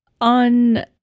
On